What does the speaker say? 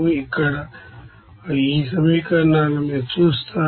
ఇక్కడ ఈ సమీకరణాలను మీరు చూస్తారు